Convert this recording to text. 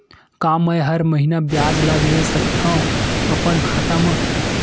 का मैं हर महीना ब्याज ला ले सकथव अपन खाता मा?